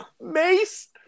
Mace